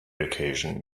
occasion